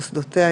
מוסדותיה,